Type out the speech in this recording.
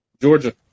Georgia